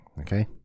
Okay